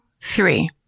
three